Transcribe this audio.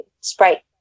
Sprite